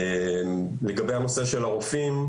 לגבי הרופאים,